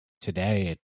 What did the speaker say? today